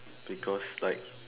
because like